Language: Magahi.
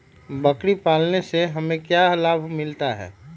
बकरी पालने से हमें क्या लाभ मिलता है?